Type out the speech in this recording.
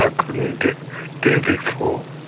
ah couldn't do before.